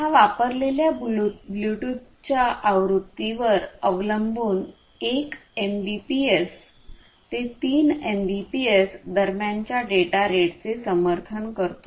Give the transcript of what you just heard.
हा वापरलेल्या ब्लूटूथच्या आवृत्तीवर अवलंबून 1 एमबीपीएस ते 3 एमबीपीएस दरम्यानच्या डेटा रेटचे समर्थन करतो